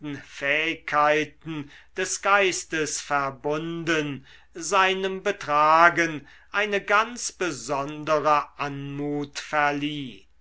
fähigkeiten des geistes verbunden seinem betragen eine ganz besondere anmut verlieh